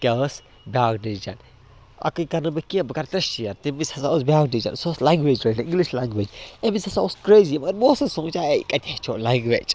کیٛاہ ٲس بیٛاکھ ڈیٚسِجَن اَکٕے کرٕ نہٕ بہٕ کیٚنٛہہ بہٕ کرٕ ترٛےٚ شیر تَمہِ وِز ہَسا ٲس بیٛاکھ ڈیٚسِجن سُہ اوس لنٛگویج رِ اِنٛگلِش لنٛگویج اَمہِ وِزِ ہَسا اوس کریز یہِ مگر بہٕ اوسُس سونٛچان ہے یہِ کَتہِ ہیچھو لنٛگویج